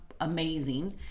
amazing